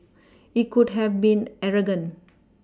it could have been arrogant